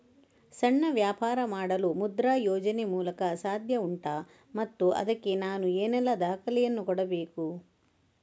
ಸಣ್ಣ ವ್ಯಾಪಾರ ಮಾಡಲು ಮುದ್ರಾ ಯೋಜನೆ ಮೂಲಕ ಸಾಧ್ಯ ಉಂಟಾ ಮತ್ತು ಅದಕ್ಕೆ ನಾನು ಏನೆಲ್ಲ ದಾಖಲೆ ಯನ್ನು ಕೊಡಬೇಕು?